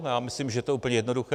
Já myslím, že to je úplně jednoduché.